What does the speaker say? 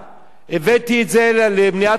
הבאתי את זה למליאת הכנסת,